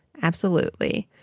absolutely.